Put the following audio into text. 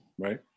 Right